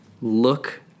look